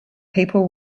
people